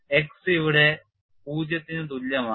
X ഇവിടെ 0 ന് തുല്യമാണ്